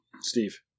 Steve